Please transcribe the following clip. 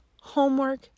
homework